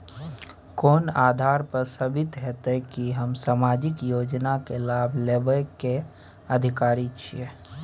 कोन आधार पर साबित हेते की हम सामाजिक योजना के लाभ लेबे के अधिकारी छिये?